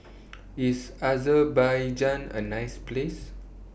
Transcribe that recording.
IS Azerbaijan A nice Place